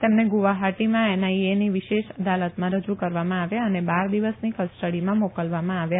તેમને ગુવાહાટીમાં એનઆઈએની વિશેષ અદાલતમાં રજુ કરવામાં આવ્યા અને બાર દિવસની કસ્ટડીમાં મોકલવામાં આવ્યા